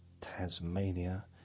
Tasmania